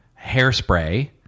hairspray